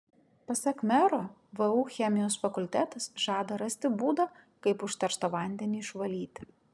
pasak mero vu chemijos fakultetas žada rasti būdą kaip užterštą vandenį išvalyti